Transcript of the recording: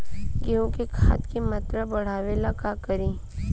गेहूं में खाद के मात्रा बढ़ावेला का करी?